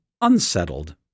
unsettled